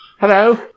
hello